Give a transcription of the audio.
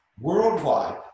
worldwide